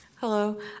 Hello